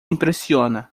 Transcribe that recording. impressiona